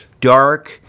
dark